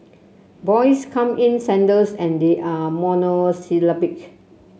boys come in sandals and they are monosyllabic